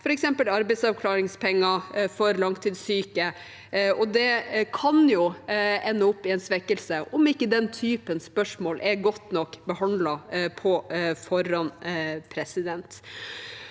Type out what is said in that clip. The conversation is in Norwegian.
ordningen med arbeidsavklaringspenger for langtidssyke. Det kan jo ende opp i en svekkelse om ikke den typen spørsmål er godt nok behandlet på forhånd.